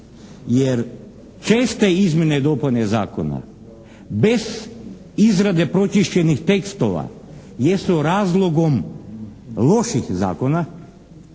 jer česte izmjene i dopune zakona bez izrade pročišćenih tekstova jesu razlogom loših zakona,